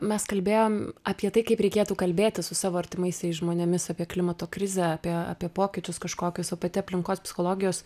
mes kalbėjom apie tai kaip reikėtų kalbėtis su savo artimaisiais žmonėmis apie klimato krizę apie apie pokyčius kažkokius o pati aplinkos psichologijos